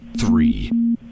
three